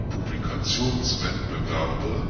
Publikationswettbewerbe